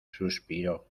suspiró